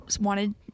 wanted